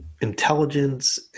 intelligence